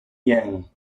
yang